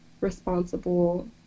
responsible